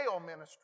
ministry